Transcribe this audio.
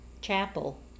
chapel